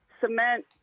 cement